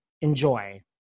Enjoy